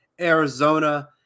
Arizona